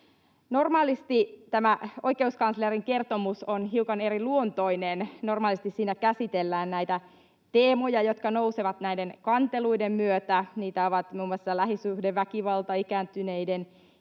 Normaalisti tämä oikeuskanslerin kertomus on hiukan eriluontoinen. Normaalisti siinä käsitellään teemoja, jotka nousevat kanteluiden myötä. Niitä ovat muun muassa lähisuhdeväkivalta, ikääntyneisiin